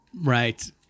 Right